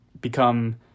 become